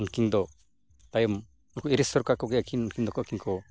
ᱩᱱᱠᱤᱱ ᱫᱚ ᱛᱟᱭᱚᱢ ᱱᱩᱠᱩ ᱤᱝᱨᱮᱹᱡᱽ ᱥᱚᱨᱠᱟᱨ ᱠᱚᱜᱮ ᱟᱹᱠᱤᱱ ᱫᱚᱠᱚ ᱠᱚ